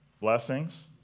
Blessings